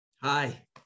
Hi